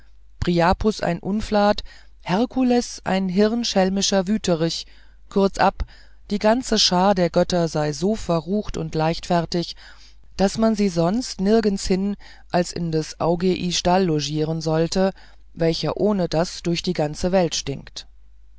priapus ein unflat hercules ein hirnschelliger wüterich und kurzab die ganze schar der götter sei so verrucht und leichtfertig daß man sie sonst nirgendshin als in des augei stall logieren sollte welcher ohndas durch die ganze welt